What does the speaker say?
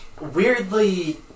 weirdly